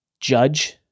judge